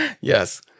Yes